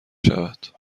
شود